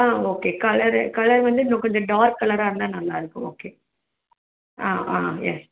ஆ okay colour colour வந்து இன்னும் கொஞ்சம் டார்க் கலராக இருந்தால் நல்லாயிருக்கும் ஓகே ஆ ஆ எஸ்